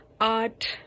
art